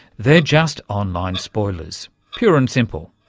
they're just online spoilers, pure and simple.